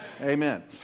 Amen